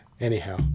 Anyhow